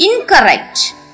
incorrect